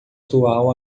atual